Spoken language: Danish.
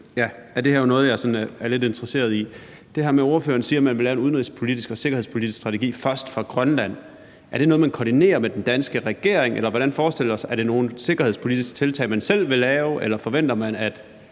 Det her er noget, jeg sådan set er lidt interesseret i. Det er til det, ordføreren siger med, at man vil lave en udenrigspolitisk og sikkerhedspolitisk strategi først for Grønland: Er det noget, man koordinerer med den danske regering, eller hvordan forstiller man sig det? Er det nogle sikkerhedspolitiske tiltag, man selv vil lave, eller forventer man, at